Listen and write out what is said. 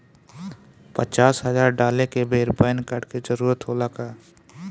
पचास हजार डाले के बेर पैन कार्ड के जरूरत होला का?